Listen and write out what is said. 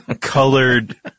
colored